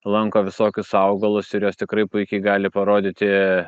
lanko visokius augalus ir jos tikrai puikiai gali parodyti